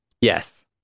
Yes